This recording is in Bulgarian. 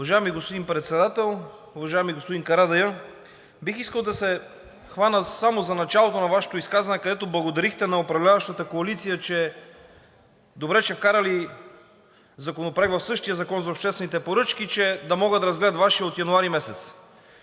Уважаеми господин Председател! Уважаеми господин Карадайъ, бих искал да се хвана само за началото на Вашето изказване, където благодарихте на управляващата коалиция, че е добре, че са вкарали законопроект в същия Закон за обществените поръчки, за да могат да разгледат Вашия от януари месец.